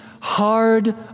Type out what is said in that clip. hard